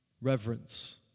Reverence